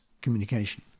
communication